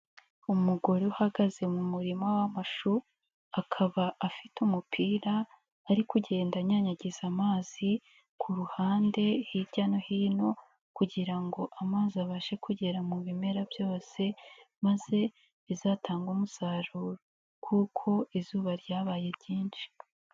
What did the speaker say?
Umugore uhagaze mu murima w'amashu, akaba afite umupira ari kugenda anyanyagiza amazi, ku ruhande hirya no hino kugira ngo amazi abashe kugera mu bimera byose, maze bizatange umusaruro kuko izuba ryabaye ryinshi.